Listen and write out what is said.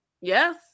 yes